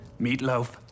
Meatloaf